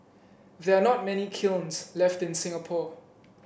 there are not many kilns left in Singapore